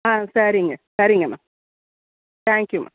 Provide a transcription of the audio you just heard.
ஆ சரிங்க சரிங்கமா தேங்க் யூமா